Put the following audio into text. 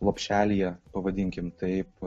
lopšelyje pavadinkim taip